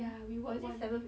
ya we work [one]